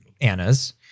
Anna's